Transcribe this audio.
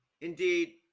Indeed